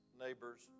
neighbors